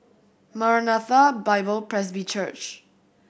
Maranatha Bible Presby Church